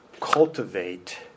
cultivate